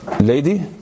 lady